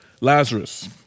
Lazarus